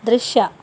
ದೃಶ್ಯ